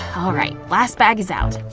alright, last bag is out!